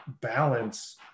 balance